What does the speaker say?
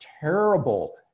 terrible